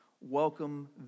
welcome